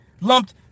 lumped